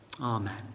Amen